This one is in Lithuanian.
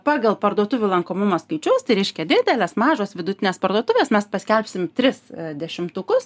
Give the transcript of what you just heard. pagal parduotuvių lankomumo skaičius tai reiškia didelės mažos vidutinės parduovės mes paskelbsim tris dešimtukus